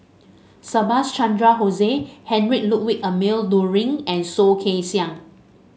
Subhas Chandra Bose Heinrich Ludwig Emil Luering and Soh Kay Siang